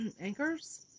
anchors